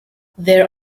there